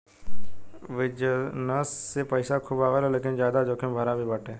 business से पईसा खूबे आवेला लेकिन ज्यादा जोखिम भरा भी बाटे